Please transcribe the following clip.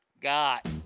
got